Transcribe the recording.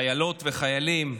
חיילות וחיילים.